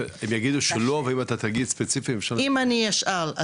הם יגידו שלא ואם אתה תגיד ספציפי --- אם אני אשאל,